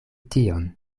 tion